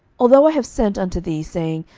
although i have sent unto thee, saying,